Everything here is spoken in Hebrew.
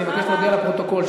אני מבקש להודיע לפרוטוקול,